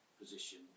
position